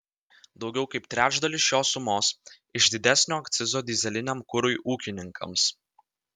daugiau kaip trečdalis šios sumos iš didesnio akcizo dyzeliniam kurui ūkininkams